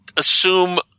Assume